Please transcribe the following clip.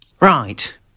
Right